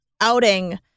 outing